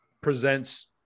presents